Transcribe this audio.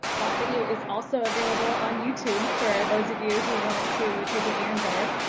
that video is also available on youtube for those of you who want to take a gander.